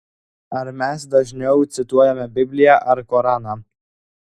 ar mes dažniau cituojame bibliją ar koraną